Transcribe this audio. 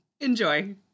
Enjoy